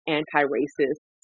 anti-racist